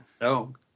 No